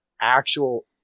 actual